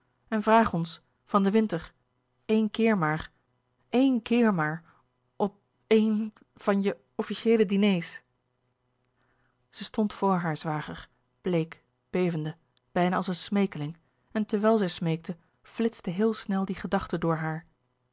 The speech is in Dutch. en vraag ons van den winter eén keer maar eén keer maar op een van je officieele diners zij stond voor haar zwager bleek bevende bijna als een smeekeling en terwijl zij smeekte flitste heel snel die gedachte door haar